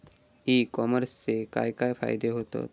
E कॉमर्सचे काय काय फायदे होतत?